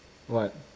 what